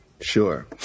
Sure